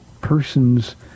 person's